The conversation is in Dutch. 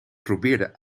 probeerde